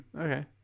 Okay